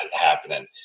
happening